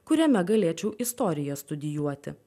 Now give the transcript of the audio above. kuriame galėčiau istoriją studijuoti